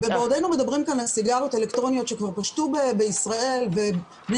בעודנו מדברים כאן על סיגריות אלקטרוניות שכבר פשטו בישראל ובני